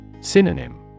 Synonym